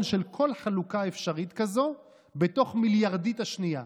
של כל חלוקה אפשרית כזאת בתוך מיליארדית השנייה,